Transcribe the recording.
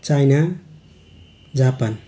China Japan